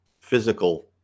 physical